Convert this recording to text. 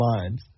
lines